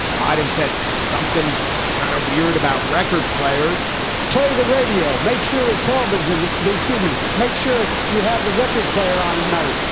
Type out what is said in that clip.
biden said something kind of weird about record players play the radio. make sure the televisions. excuse me. make sure you have the record player on at night.